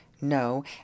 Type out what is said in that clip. No